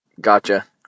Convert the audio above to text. Gotcha